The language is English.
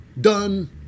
Done